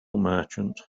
merchant